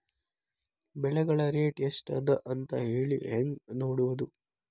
ಬೆಳೆಗಳ ರೇಟ್ ಎಷ್ಟ ಅದ ಅಂತ ಹೇಳಿ ಹೆಂಗ್ ನೋಡುವುದು?